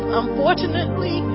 unfortunately